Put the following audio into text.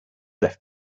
left